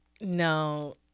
no